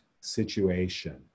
situation